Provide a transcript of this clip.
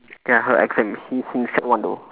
ya her exam she's in sec one though